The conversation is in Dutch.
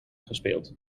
gespeeld